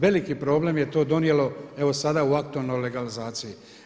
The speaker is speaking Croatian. Veliki problem je to donijelo evo sada u aktualnoj legalizaciji.